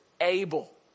able